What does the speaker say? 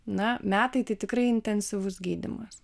na metai tai tikrai intensyvus gydymas